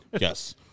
yes